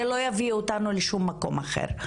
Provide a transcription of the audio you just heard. זה לא יביא אותנו לשום מקום אחר.